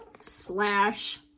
slash